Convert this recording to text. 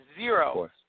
zero